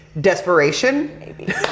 desperation